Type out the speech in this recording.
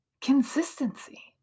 consistency